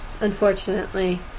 unfortunately